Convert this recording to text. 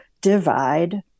divide